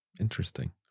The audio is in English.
Interesting